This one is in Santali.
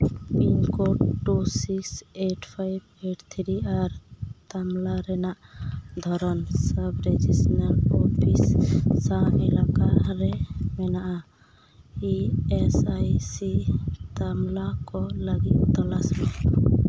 pin code two six eight five eight three ᱟᱨ ᱛᱟᱢᱞᱟ ᱨᱮᱱᱟᱜ ᱫᱷᱚᱨᱚᱱ ᱥᱟᱵ ᱨᱮᱡᱤᱥᱴᱟᱨ ᱚᱯᱤᱥ ᱢᱮᱱᱟᱜᱼᱟ ᱤ ᱮᱥ ᱟᱭ ᱥᱤ ᱛᱟᱢᱞᱟ ᱠᱚ ᱞᱟᱜᱤᱫ ᱛᱚᱞᱟᱥ ᱢᱮ